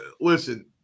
Listen